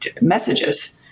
messages